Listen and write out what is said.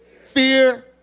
Fear